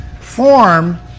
form